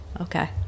Okay